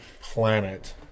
planet